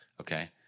Okay